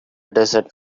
desert